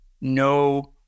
no